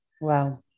Wow